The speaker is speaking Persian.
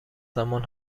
زمان